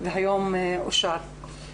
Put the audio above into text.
והיום זה אושר.